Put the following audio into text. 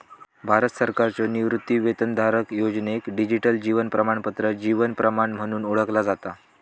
भारत सरकारच्यो निवृत्तीवेतनधारक योजनेक डिजिटल जीवन प्रमाणपत्र जीवन प्रमाण म्हणून ओळखला जाता